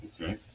Okay